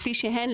כפי שהן,